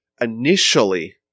initially